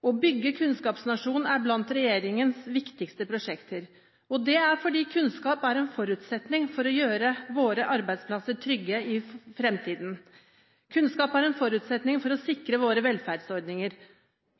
Å bygge kunnskapsnasjonen er blant regjeringens viktigste prosjekter. Det er fordi kunnskap er en forutsetning for å sikre våre velferdsordninger. Kunnskap er en forutsetning for å gjøre våre arbeidsplasser trygge i framtiden.